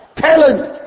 talent